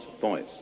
voice